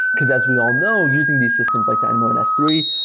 because as we all know, using these system like dynamo and s three,